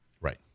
Right